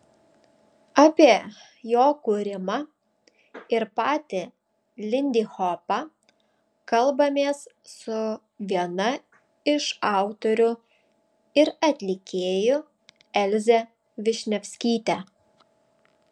apie jo kūrimą ir patį lindihopą kalbamės su viena iš autorių ir atlikėjų elze višnevskyte